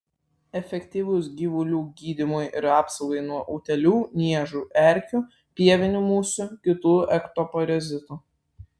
efektyvus gyvulių gydymui ir apsaugai nuo utėlių niežų erkių pievinių musių kitų ektoparazitų